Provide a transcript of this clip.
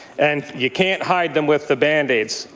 and you can't hide them with the band-aids.